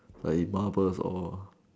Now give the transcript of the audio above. in marvellous awe